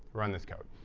run this code.